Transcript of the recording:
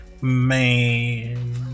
man